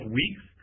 weeks